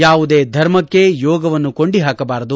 ಯಾವುದೇ ಧರ್ಮಕ್ಕೆ ಯೋಗವನ್ನು ಕೊಂಡಿ ಹಾಕಬಾರದು